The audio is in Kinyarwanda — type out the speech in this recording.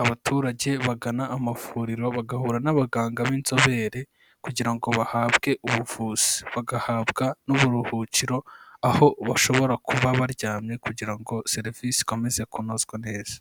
abaturage bagana amavuriro bagahura n'abaganga b'inzobere kugira ngo bahabwe ubuvuzi, bagahabwa n'uburuhukiro aho bashobora kuba baryamye kugira ngo serivisi ikomeze kunozwa neza.